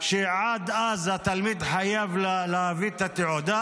שעד אז התלמיד חייב להביא את התעודה.